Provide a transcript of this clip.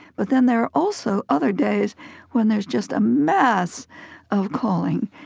but then there are also other days when there's just a mass um calling.